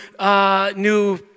new